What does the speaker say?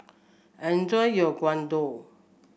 enjoy your Gyudon